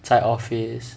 在 office